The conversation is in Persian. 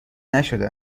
نشده